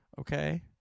Okay